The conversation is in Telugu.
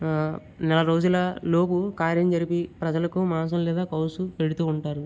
నెల రోజుల లోపు కార్యం జరిపి ప్రజలకు మాంసం లేదా కౌసు పెడుతూ ఉంటారు